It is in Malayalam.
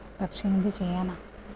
പക്ഷെ എന്ത് ചെയ്യാനാണ്